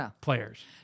players